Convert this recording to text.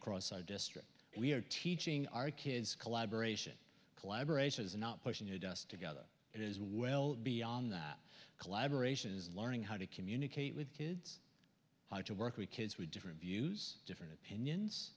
across our district we are teaching our kids collaboration collaboration is not pushing us together it is well beyond that collaboration is learning how to communicate with kids how to work with kids with different views different opinions